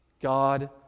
God